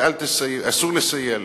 ואסור לסייע להם.